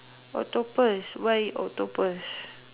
octopus why octopus